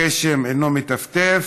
גשם אינו מטפטף: